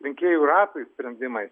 rinkėjų ratui sprendimai